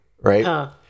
right